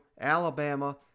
alabama